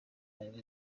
anywa